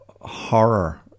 horror